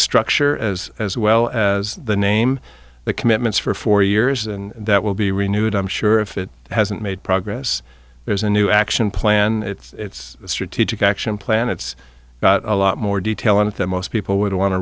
structure as as well as the name the commitments for four years and that will be renewed i'm sure if it hasn't made progress there's a new action plan it's strategic action plan it's a lot more detail on it that most people would want to